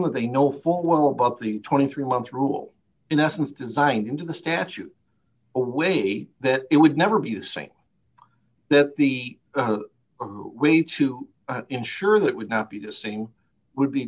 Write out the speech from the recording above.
that they know full well about the twenty three month rule in essence designed into the statute or way that it would never be the same that the way to ensure that would not be dissing would be